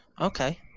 Okay